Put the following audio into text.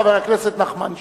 חבר הכנסת נחמן שי.